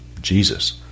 Jesus